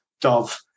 dove